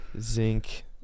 zinc